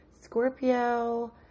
Scorpio